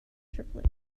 triplet